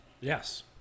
Yes